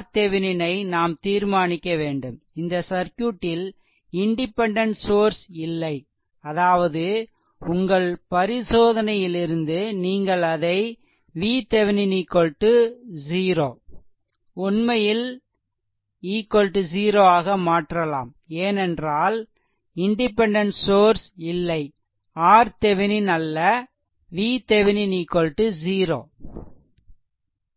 RThevenin ஐ நாம் தீர்மானிக்க வேண்டும் இந்த சர்க்யூட்டில் இண்டிபெண்டென்ட் சோர்ஸ் இல்லை அதாவது உங்கள் பரிசோதனையிலிருந்து நீங்கள் அதை VThevenin 0 உண்மையில் 0 ஆக மாற்றலாம் ஏனென்றால் இண்டிபெண்டென்ட் சோர்ஸ் இல்லை RThevenin அல்ல VThevenin 0